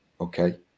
okay